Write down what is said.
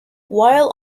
while